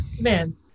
man